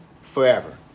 forever